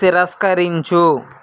తిరస్కరించు